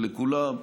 ולכולם,